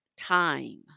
time